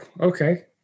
okay